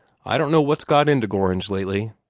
i don't know what's got into gorringe lately.